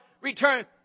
return